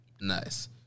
Nice